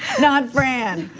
not fran,